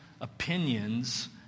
opinions